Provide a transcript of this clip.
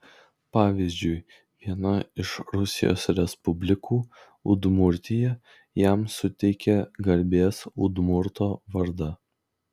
pavyzdžiui viena iš rusijos respublikų udmurtija jam suteikė garbės udmurto vardą